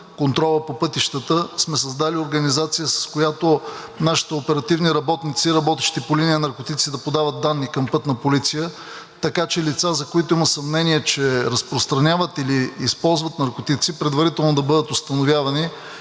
контролът по пътищата, сме създали и организация, с която нашите оперативни работници, работещи по линия на наркотици, да подават данни към Пътна полиция, така че лица, за които има съмнение, че разпространяват или използват наркотици, предварително да бъдат установявани